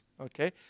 okay